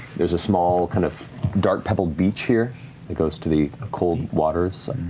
there's a small kind of dark pebbled beach here that goes to the cold waters,